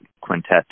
Quintet